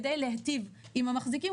כדי להיטיב עם המחזיקים,